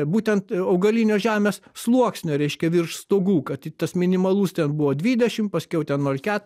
būtent augalinio žemės sluoksnio reiškia virš stogų kad tas minimalus ten buvo dvidešimt paskiau ten nuol ke